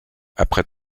après